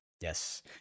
yes